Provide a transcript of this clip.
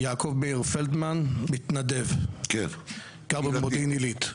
יעקב מאיר פלדמן, מתנדב במודיעין עלית.